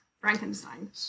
Frankenstein